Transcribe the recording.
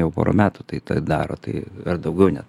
jau pora metų tai tą daro tai daugiau net